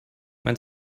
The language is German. mein